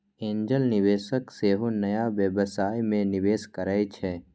angel निवेशक सेहो नया व्यवसाय मे निवेश करै छै